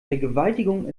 vergewaltigung